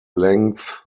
length